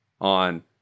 on